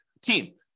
Team